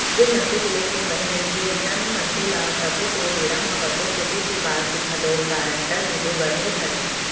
जेन मनसे के लेन देन बने रहिथे अइसन मनसे ल तको तो बेरा म कतको खोजें के बाद घलोक गारंटर मिले बर नइ धरय